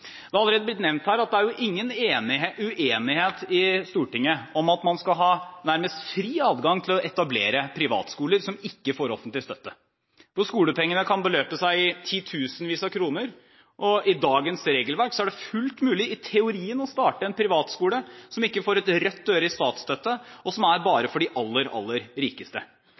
Det har allerede blitt nevnt her at det ikke er noe uenighet i Stortinget om at man skal ha nærmest fri adgang til å etablere privatskoler som ikke får offentlig støtte, hvor skolepengene kan beløpe seg til titusenvis av kroner. I dagens regelverk er det i teorien fullt mulig å starte en privatskole som ikke får ett rødt øre i statsstøtte, og som bare er for de aller rikeste.